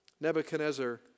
Nebuchadnezzar